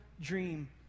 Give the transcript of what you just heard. dream